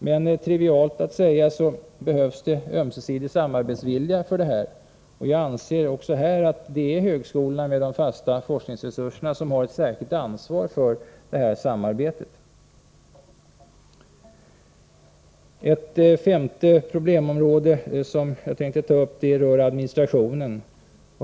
Men det krävs, trivialt att säga, ömsesidig samarbetsvilja för att åstadkomma detta. Jag anser att högskolorna med de fasta forskningsresurserna också i fråga om det här samarbetet har ett särskilt ansvar. Ett femte problemområde rör administrationen.